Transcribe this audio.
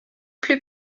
plus